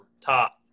top